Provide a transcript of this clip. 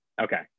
Okay